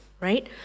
right